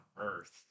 earth